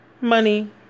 Money